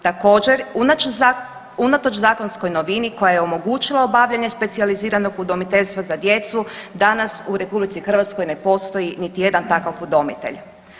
Također unatoč zakonskoj novini koja je omogućila obavljanje specijaliziranog udomiteljstva za djecu danas u RH ne postoji niti jedan takav udomitelj.